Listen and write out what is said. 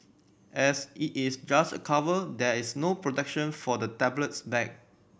as it is just a cover there is no protection for the tablet's back